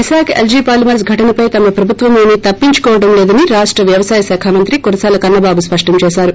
Visakha LG polymers ఘటనపై తమ ప్రభుత్వమేమి తప్పించుకోవడంలేదని రాష్ట వ్యవసాయ శాఖ మంత్రి కురసాల కన్నబాబు స్పష్టం చేశారు